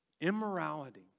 Immorality